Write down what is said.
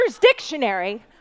Dictionary